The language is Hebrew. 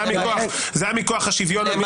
זה היה מכוח השוויון.